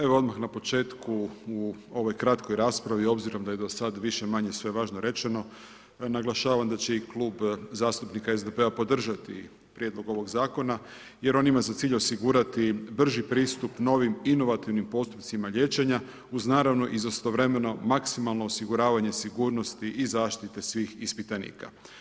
Evo odmah na početku u ovaj kratkoj raspravi obzirom da je do sad više-manje sve važno rečeno, naglašavam da će i Klub zastupnika SDP-a podržati Prijedlog ovog Zakona jer on ima za cilj osigurati brži pristup novim inovativnim postupcima liječenja uz naravno istovremeno maksimalno osiguravanje sigurnosti i zaštite svih ispitanika.